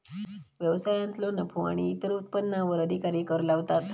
व्यवसायांतलो नफो आणि इतर उत्पन्नावर अधिकारी कर लावतात